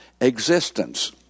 existence